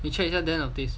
we check 一下 den of thieves